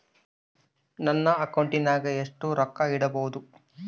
ನನ್ನ ಅಕೌಂಟಿನಾಗ ಎಷ್ಟು ರೊಕ್ಕ ಇಡಬಹುದು?